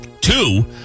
two